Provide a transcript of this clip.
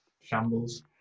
shambles